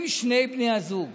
אם שני בני הזוג